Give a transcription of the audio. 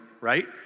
Right